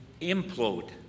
implode